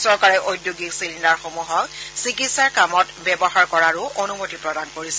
চৰকাৰে ঔদ্যোগিক চিলিণ্ডাৰসমূহক চিকিৎসা কামত ব্যৱহাৰ কৰাৰো অনুমতি প্ৰদান কৰিছে